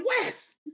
West